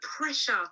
pressure